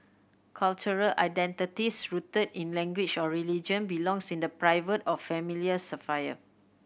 cultural identities rooted in language or religion belongs in the private or familial sphere